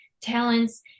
talents